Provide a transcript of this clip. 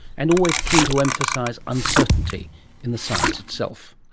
and always keen to emphasise uncertainty in the science itself,